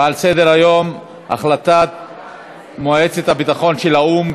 ועל סדר-היום הצעות לסדר-היום מס' 5481,